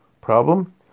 problem